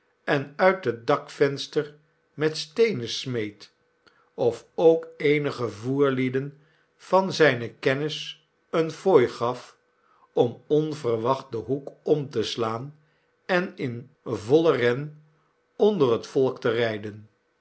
en uit het dakvenster met steenen smeet of ook eenige voerlieden van zijne kennis eene fooi gaf om onverwacht den hoek om te slaan en in vollen ren onder het volk te rijden